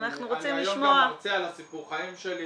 אני היום גם מרצה על סיפור החיים שלי.